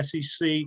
SEC